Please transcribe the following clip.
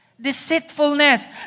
Deceitfulness